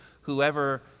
whoever